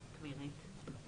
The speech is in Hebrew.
מרית,